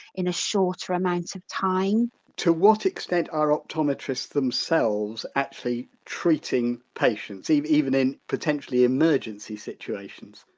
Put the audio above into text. in a shorter amount of time to what extent are optometrists themselves actually treating patients, even in potentially emergency situations?